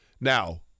Now